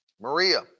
Maria